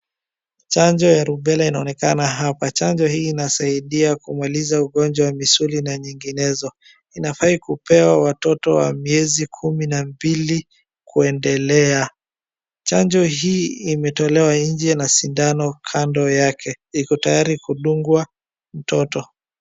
Chanjo ya Rubella inaonekana hapa. Chanjo hii inasaidia kumaliza ugonjwa wa misuli na nyinginezo. Inafaa kupewa watoto wa miezi kumi na mbili kuendelea. Chanjo hii imetolewa nje na sindano kando yake. Iko tayari kudungwa mtoto.